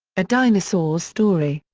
a dinosaur's story.